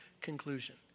conclusion